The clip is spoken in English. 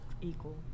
equal